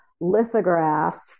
lithographs